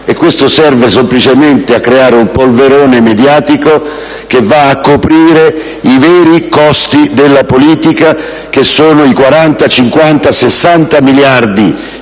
Questo serve semplicemente a creare un polverone mediatico che va a coprire i veri costi della politica, che sono i 40, 50, 60 miliardi